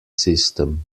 system